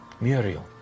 Muriel